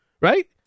Right